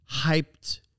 hyped